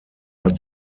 hat